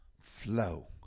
flow